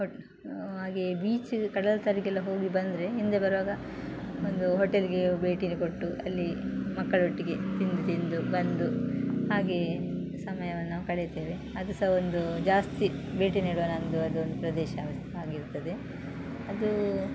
ಕಡ್ ಹಾಗೆ ಬೀಚ ಕಡಲ ತಡಿಗೆಲ್ಲ ಹೋಗಿ ಬಂದರೆ ಹಿಂದೆ ಬರುವಾಗ ಒಂದು ಹೋಟೆಲಿಗೆ ಭೇಟಿ ಕೊಟ್ಟು ಅಲ್ಲಿ ಮಕ್ಕಳೊಟ್ಟಿಗೆ ತಿಂಡಿ ತಿಂದು ಬಂದು ಹಾಗೆಯೇ ಸಮಯವನ್ನು ಕಳಿತೇವೆ ಅದು ಸಹ ಒಂದು ಜಾಸ್ತಿ ಭೇಟಿ ನೀಡುವ ನನ್ನದು ಅದು ಒಂದು ಪ್ರದೇಶ ಆಗಿರುತ್ತದೆ ಅದು